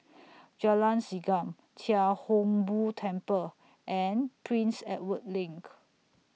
Jalan Segam Chia Hung Boo Temple and Prince Edward LINK